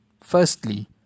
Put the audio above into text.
Firstly